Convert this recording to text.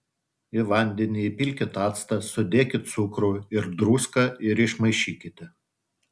į vandenį įpilkit actą sudėkit cukrų ir druską ir išmaišykite